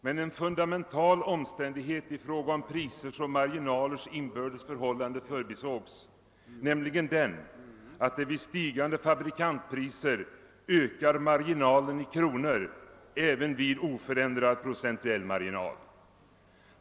Men en fundamental omständighet i fråga om prisers och marginalers inbördes förhållande förbisågs, nämligen den att vid stigande fabrikantpriser marginalen ökar i kronor räknat även vid oförändrad procentuell marginal.